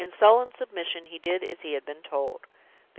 in sullen submission he did as he had been told.